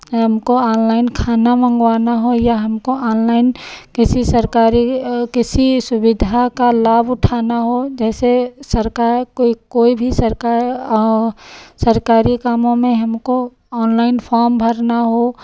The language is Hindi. या हमको ऑनलाइन खाना मंगवाना हो या हमको ऑनलाइन किसी सरकारी किसी सुविधा का लाभ उठाना हो जैसे सरकार कोई कोई भी सरकार सरकारी कामों में हमको ऑनलाइन फ़ॉर्म भरना हो